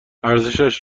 ارزشش